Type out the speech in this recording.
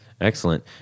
Excellent